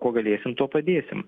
kuo galėsim tuo padėsim